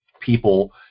people